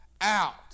out